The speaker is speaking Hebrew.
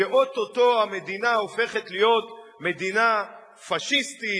שאו-טו-טו המדינה הופכת להיות מדינה פאשיסטית,